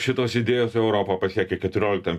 šitos idėjos europą pasiekia keturioliktam